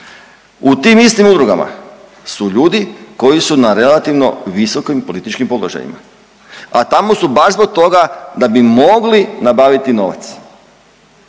U tim istim udrugama su ljudi koji su na relativno visokim političkim položajima, a tamo su baš zbog toga da bi mogli nabaviti novac